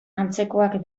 antzekoak